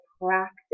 practice